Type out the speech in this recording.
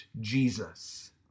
Jesus